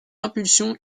impulsion